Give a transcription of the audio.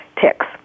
ticks